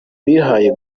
bihaye